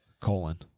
Colon